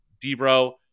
D-Bro